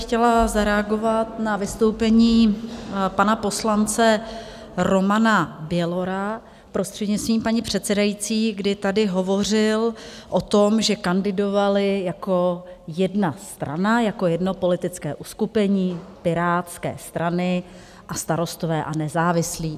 Chtěla bych zareagovat na vystoupení pana poslance Romana Bělora, prostřednictvím paní předsedající, kdy tady hovořil o tom, že kandidovali jako jedna strana, jako jedno politické uskupení Pirátské strany a Starostové a nezávislí.